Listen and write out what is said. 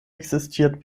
existiert